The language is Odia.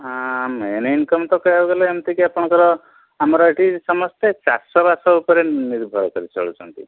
ହଁ ମେନ୍ ଇନକମ୍ ତ କହିବାକୁ ଗଲେ ଏମିତି କି ଆପଣଙ୍କର ଆମର ଏଇଠି ସମସ୍ତେ ଚାଷବାସ ଉପରେ ନିର୍ଭର କରି ଚଳୁଛନ୍ତି